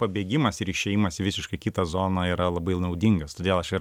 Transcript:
pabėgimas ir išėjimas visiškai į kitą zoną yra labai naudingas todėl aš ir